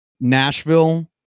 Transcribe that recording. Nashville